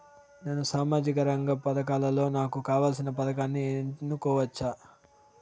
నేను సామాజిక రంగ పథకాలలో నాకు కావాల్సిన పథకాన్ని ఎన్నుకోవచ్చా?